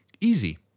Easy